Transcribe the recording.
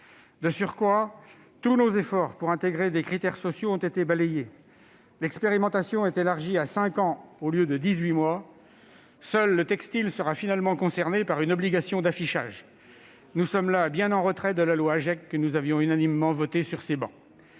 De surcroît, tous nos efforts pour intégrer des critères sociaux ont été balayés. L'expérimentation est élargie à cinq ans au lieu de dix-huit mois. Seul le textile sera finalement concerné par une obligation d'affichage. Nous sommes là bien en retrait de la loi anti-gaspillage et pour une